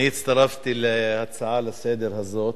אני הצטרפתי להצעה לסדר הזאת,